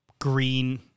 green